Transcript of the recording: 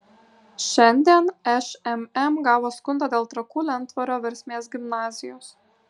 šiandien šmm gavo skundą dėl trakų lentvario versmės gimnazijos